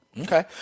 Okay